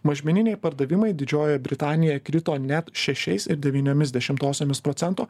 mažmeniniai pardavimai didžiojoj britanijoje krito net šešiais ir devyniomis dešimtosiomis procento